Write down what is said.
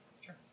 Sure